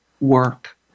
work